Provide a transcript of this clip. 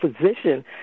position